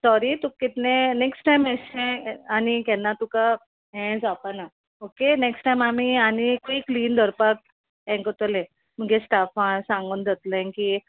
sorry तुका कितलें next time एशें आनी केन्ना तुका हें जावपाना ओके नॅक्स्ट टायम आमी आनिकूय क्लीन धोरपाक हें कोत्तोलें मुगे स्टाफां सांगून दोवोतलें की